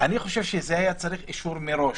היה צריך אישור מראש.